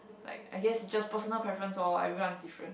like I guessed it's just personal preference lor everyone is different